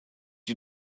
you